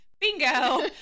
Bingo